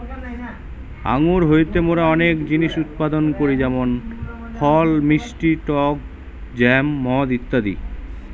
আঙ্গুর হইতে মোরা অনেক জিনিস উৎপাদন করি যেমন ফল, মিষ্টি টক জ্যাম, মদ ইত্যাদি